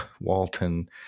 Walton